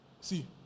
See